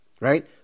right